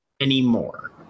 Anymore